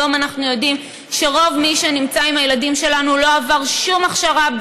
היום אנחנו יודעים שרוב מי שנמצא עם הילדים שלנו לא עבר שום הכשרה,